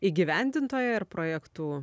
įgyvendintoja ir projektų